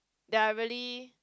that I really